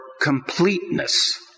completeness